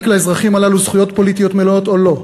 לאזרחים הללו זכויות פוליטיות מלאות או לא?